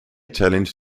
challenge